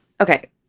Okay